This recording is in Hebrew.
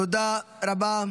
תודה רבה.